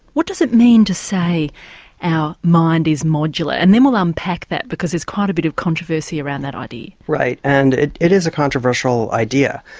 what does it mean to say our mind is modular and then we'll unpack that because there's quite a bit of controversy around that idea. right. and it it is a controversial idea,